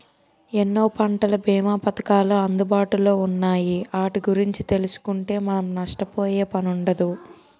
ఎన్నో పంటల బీమా పధకాలు అందుబాటులో ఉన్నాయి ఆటి గురించి తెలుసుకుంటే మనం నష్టపోయే పనుండదు